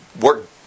work